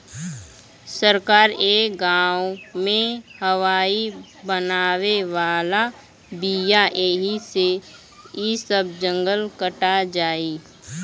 सरकार ए गाँव में हाइवे बनावे वाला बिया ऐही से इ सब जंगल कटा जाई